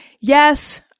Yes